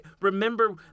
Remember